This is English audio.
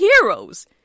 heroes